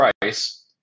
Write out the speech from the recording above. price